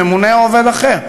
ממונה או עובד אחר.